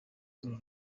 uru